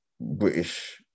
British